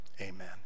Amen